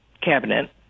cabinet